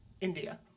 India